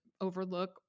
overlook